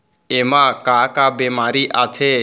एमा का का बेमारी आथे?